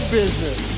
business